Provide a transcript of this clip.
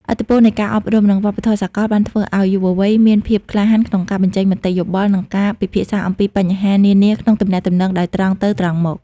ឥទ្ធិពលនៃការអប់រំ និងវប្បធម៌សកលបានធ្វើឱ្យយុវវ័យមានភាពក្លាហានក្នុងការបញ្ចេញមតិយោបល់ និងការពិភាក្សាអំពីបញ្ហានានាក្នុងទំនាក់ទំនងដោយត្រង់ទៅត្រង់មក។